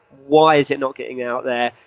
why is it not getting out there?